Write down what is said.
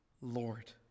Lord